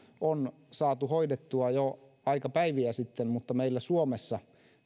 on saatu hoidettua jo aikapäiviä sitten mutta meillä suomessa